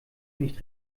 nicht